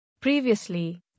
Previously